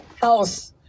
house